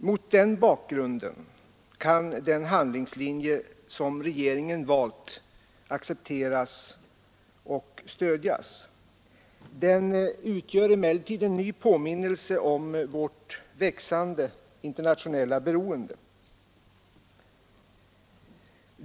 Mot den bakgrunden kan den handlingslinje regeringen valt accepteras. Den utgör emellertid en ny påminnelse om vårt växande internationella beroende.